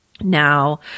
now